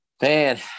Man